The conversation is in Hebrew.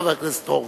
חבר הכנסת הורוביץ.